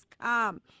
come